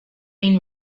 been